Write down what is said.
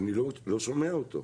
ואני לא שומע אותו.